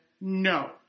no